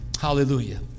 Hallelujah